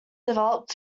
developed